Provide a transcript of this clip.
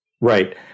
Right